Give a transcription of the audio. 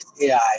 AI